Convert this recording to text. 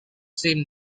seem